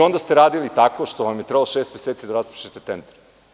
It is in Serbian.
Onda ste radili tako što vam je trebalo šest meseci da raspišete tender.